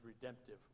redemptive